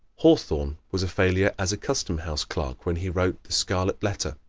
hawthorne was a failure as a custom house clerk when he wrote the scarlet letter.